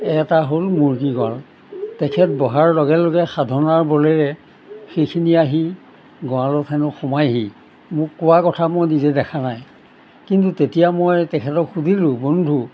এটা হ'ল মুৰ্গীৰ গঁড়াল তেখেত বহাৰ লগে লগে সাধনাৰ বলেৰে সেইখিনি আহি গঁড়ালত সেনো সোমাইহি মোক কোৱা কথা মই নিজে দেখা নাই কিন্তু তেতিয়া মই তেখেতক সুধিলোঁ বন্ধু